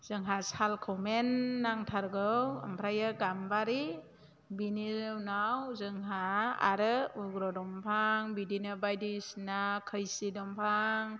जोंहा सालखौ मेन नांथारगौ ओमफ्राय गाम्बारि बिनि उनाव जोंहा आरो उग्र दंफां बिदिनो बायदिसिना खैसि दंफां